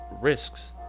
risks